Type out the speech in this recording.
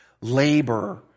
labor